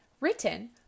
Written